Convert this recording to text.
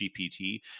GPT